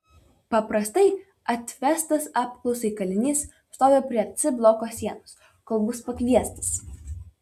paprastai atvestas apklausai kalinys stovi prie c bloko sienos kol bus pakviestas